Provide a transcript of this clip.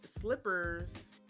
slippers